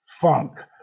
Funk